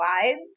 slides